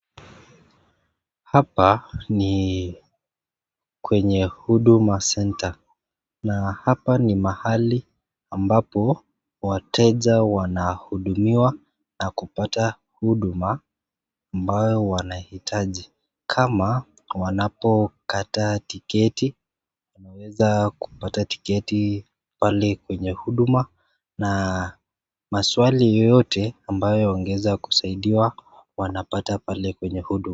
Hapa ni kwenye huduma senta hapa na ni mahali ambapo wateja wanahudumiwa na kupata huduma ambayo wanahitaji kama wanapokata tiketi wanaweza kupata tiketi pale kwenye huduma na maswali yoyote ambayo wangeweza kusaidiwa wanapata pale kwenye huduma.